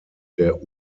der